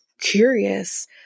curious